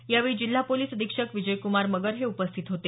यावेळी जिल्हा पोलीस अधीक्षक विजयक्मार मगर हे उपस्थित होते